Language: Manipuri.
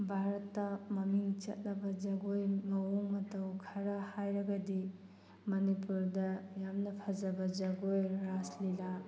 ꯚꯥꯔꯠꯇ ꯃꯃꯤꯡ ꯆꯠꯂꯕ ꯖꯒꯣꯏ ꯃꯑꯣꯡ ꯃꯇꯧ ꯈꯔ ꯍꯥꯏꯔꯒꯗꯤ ꯃꯅꯤꯄꯨꯔꯗ ꯌꯥꯝꯅ ꯐꯖꯕ ꯖꯒꯣꯏ ꯔꯥꯁ ꯂꯤꯂꯥ